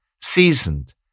seasoned